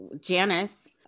Janice